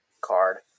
card